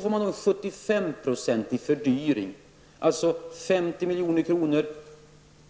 sedan en 75 vilket blir 250 milj.kr.